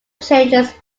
changes